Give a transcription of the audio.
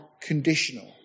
conditional